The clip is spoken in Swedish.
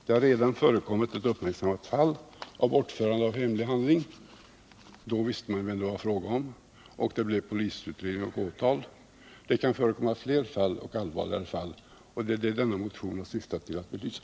Det har redan förekommit ett uppmärksammat fall av bortförande av hemlig handling. Då visste man vem det var fråga om, och det blev polisutredning och åtal. Det kan förekomma fler och allvarligare fall, och det är det denna motion syftar till att belysa.